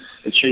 achieve